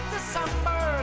December